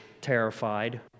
terrified